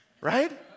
right